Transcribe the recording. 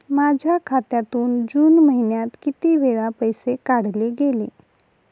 माझ्या खात्यातून जून महिन्यात किती वेळा पैसे काढले गेले?